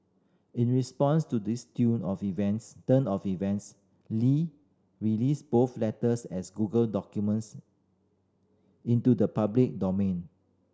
in response to this of events turn of events Li released both letters as Google documents into the public domain